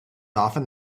often